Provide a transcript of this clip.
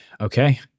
okay